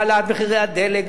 והעלאת מחירי הדלק,